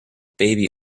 baby